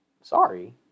Sorry